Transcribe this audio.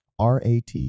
RAT